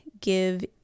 give